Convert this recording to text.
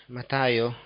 Matayo